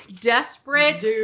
desperate